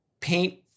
paint